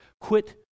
quit